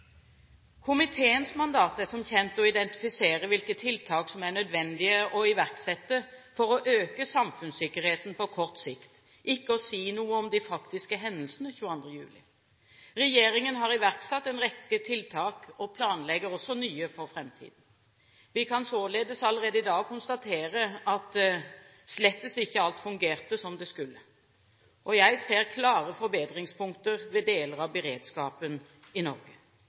Komiteens mandat er som kjent å identifisere hvilke tiltak som er nødvendige å iverksette for å øke samfunnssikkerheten på kort sikt – ikke å si noe om de faktiske hendelsene 22. juli. Regjeringen har iverksatt en rekke tiltak og planlegger også nye for fremtiden. Vi kan således allerede i dag konstatere at slett ikke alt fungerte som det skulle, og jeg ser klare forbedringspunkter ved deler av beredskapen